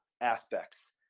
aspects